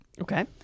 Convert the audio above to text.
Okay